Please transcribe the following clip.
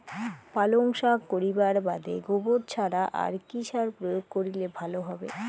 পালং শাক করিবার বাদে গোবর ছাড়া আর কি সার প্রয়োগ করিলে ভালো হবে?